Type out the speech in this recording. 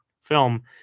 film